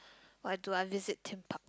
why do I visit Theme Park